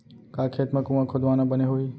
का खेत मा कुंआ खोदवाना बने होही?